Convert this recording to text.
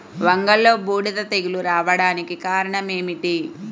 వంగలో బూడిద తెగులు రావడానికి కారణం ఏమిటి?